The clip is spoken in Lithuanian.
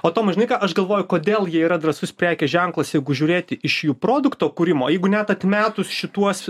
o tomai žinai ką aš galvoju kodėl jie yra drąsus prekės ženklas jeigu žiūrėti iš jų produkto kūrimo jeigu net atmetus šituos